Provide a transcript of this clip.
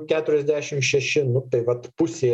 keturiasdešim šeši nu tai vat pusė